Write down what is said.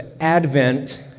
Advent